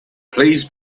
please